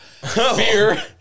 fear